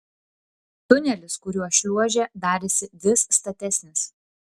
tunelis kuriuo šliuožė darėsi vis statesnis